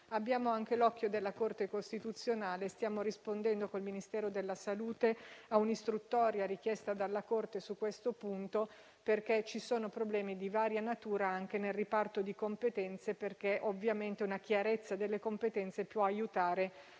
Abbiamo anche l'occhio della Corte costituzionale e stiamo rispondendo, col Ministero della salute, a un'istruttoria richiesta dalla Corte su questo punto. Vi sono problemi di varia natura, anche nel riparto di competenze, perché, ovviamente una chiarezza delle competenze può aiutare